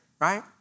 right